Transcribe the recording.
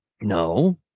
No